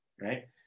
right